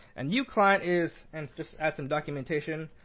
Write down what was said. and u client is and just add some documentation,